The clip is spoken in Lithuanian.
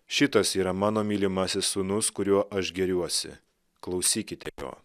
šitas yra mano mylimasis sūnus kuriuo aš gėriuosi klausykite jo